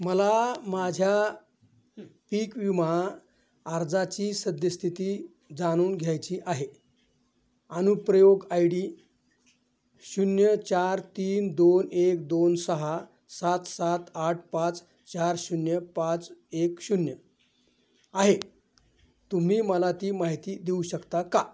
मला माझ्या पीक विमा अर्जाची सद्यस्थिती जाणून घ्यायची आहे अनुप्रयोग आय डी शून्य चार तीन दोन एक दोन सहा सात सात आठ पाच चार शून्य पाच एक शून्य आहे तुम्ही मला ती माहिती देऊ शकता का